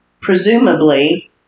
presumably